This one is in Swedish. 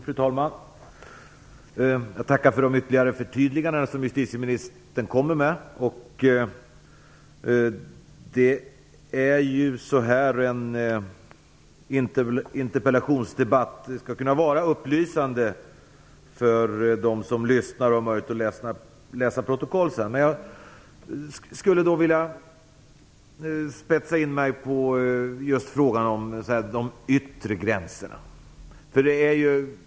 Fru talman! Jag tackar för de ytterligare förtydliganden som justitieministern gjorde. En interpellationsdebatt skall ju kunna vara upplysande för dem som lyssnar och för dem som sedan har möjlighet att läsa protokollet. Jag skulle då vilja inrikta mig på frågan om de yttre gränserna.